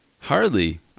Hardly